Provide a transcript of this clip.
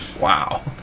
Wow